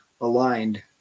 aligned